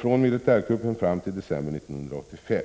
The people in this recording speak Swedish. från militärkuppen fram till december 1985.